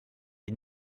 est